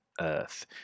earth